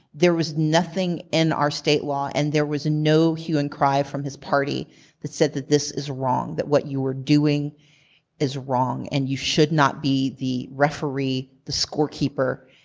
there was nothing in our state law and there was no hue and cry from his party that said that this is wrong, that what you are doing is wrong, and you should not be the referee, the scorekeeper,